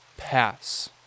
pass